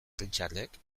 richardek